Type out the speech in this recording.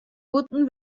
bûten